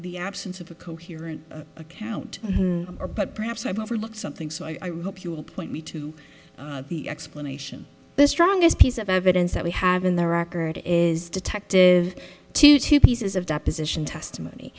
the absence of a coherent account or perhaps i've overlooked something so i wrote you will point me to the explanation the strongest piece of evidence that we have in their record is detective two two pieces of deposition testimony